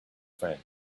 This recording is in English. friend